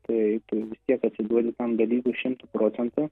tai tu vistiek atsiduoti tam dalykui šimtu procentų